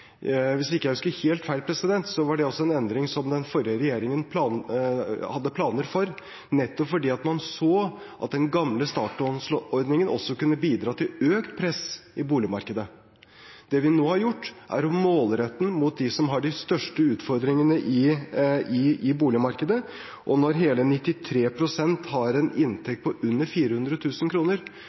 Hvis jeg ikke husker helt feil, var det en endring som den forrige regjeringen hadde planer om, nettopp fordi man så at den gamle startlånsordningen også kunne bidra til økt press i boligmarkedet. Det vi nå har gjort, er å målrette den mot dem som har de største utfordringene i boligmarkedet. Når hele 93 pst. har en inntekt på under